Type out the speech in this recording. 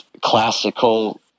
classical